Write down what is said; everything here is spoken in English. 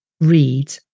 read